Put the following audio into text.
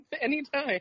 Anytime